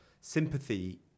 sympathy